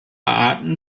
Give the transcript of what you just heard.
arten